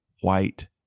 white